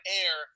air